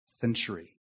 century